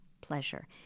pleasure